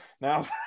now